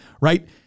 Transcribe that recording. right